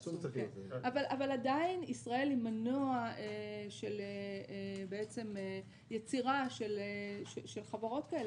אבל עדיין ישראל היא מנוע של יצירה של חברות כאלה